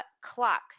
clock